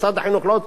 הוא,